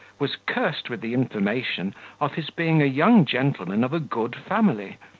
was cursed with the information of his being a young gentleman of a good family,